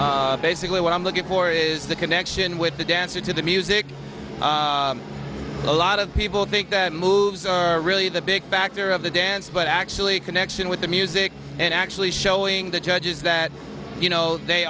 basically what i'm looking for is the connection with the dancer to the music a lot of people think that moves are really the big backer of the dance but actually a connection with the music and actually showing the judges that you know they